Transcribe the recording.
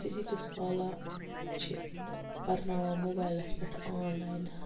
physics والا چھ پَرناوان موبایلَس پیٚٹھ آنلاین